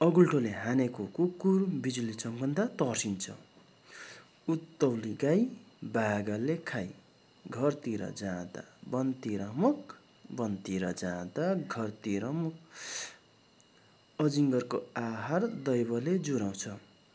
अगुल्टोले हानेको कुकुर बिजुली चम्कँदा तर्सिन्छ उत्ताउली गाई बाघले खाई घरतिर जाँदा वनतिर मुख वनतिर जाँदा घरतिर मुख अजिङ्गरको आहार दैवले जुराउँछ